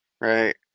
right